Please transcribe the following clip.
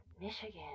Michigan